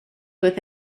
with